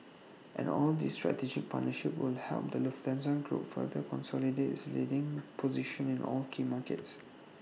and all these strategic partnerships will help the Lufthansa group further consolidate its leading position in all key markets